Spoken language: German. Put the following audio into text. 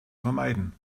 vermeiden